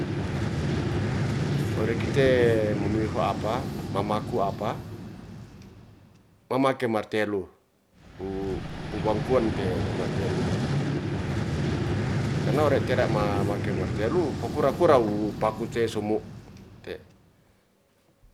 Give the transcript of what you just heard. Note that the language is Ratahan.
Ore kite mamiho apa, mamaku apa, mamake martelu wu puwangkuan te martelu. Karna ore tera ma mamake martelu po kura kura wu paku te sumu te